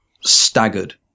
staggered